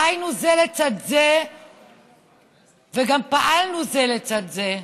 חיינו זה לצד זה וגם פעלנו זה לצד זה.